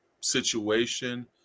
situation